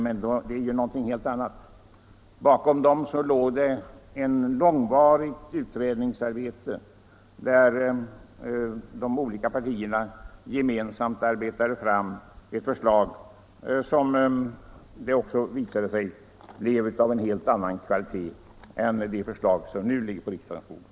Detta är emellertid någonting helt annat. Bakom dessa uppgörelser låg ett långvarigt utredningsarbete där de olika partierna gemensamt arbetade fram förslag som blev av en helt annan kvalitet än de som nu ligger på riksdagens bord.